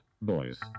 boys